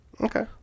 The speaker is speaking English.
okay